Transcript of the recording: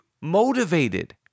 motivated